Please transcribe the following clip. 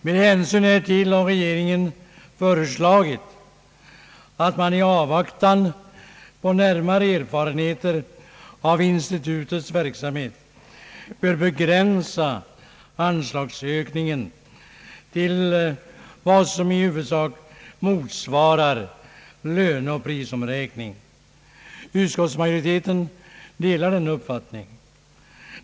Med hänsyn härtill har regeringen föreslagit att man i avvaktan på närmare erfarenheter av institutets verksamhet bör begränsa anslagsökningen till vad som i huvudsak motsvarar löneoch prisuppräkning. Utskottsmajoriteten delar denna uppfattning.